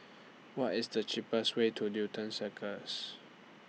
What IS The cheapest Way to Newton Circus